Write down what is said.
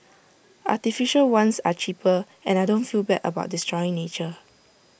artificial ones are cheaper and I don't feel bad about destroying nature